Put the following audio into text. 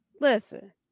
Listen